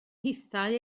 hithau